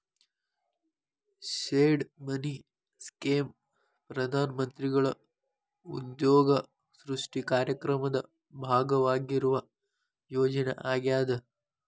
seed money scheme ಪ್ರಧಾನ ಮಂತ್ರಿಗಳ ಉದ್ಯೋಗ ಸೃಷ್ಟಿ ಕಾರ್ಯಕ್ರಮದ ಭಾಗವಾಗಿರುವ ಯೋಜನೆ ಆಗ್ಯಾದ